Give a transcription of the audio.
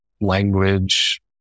language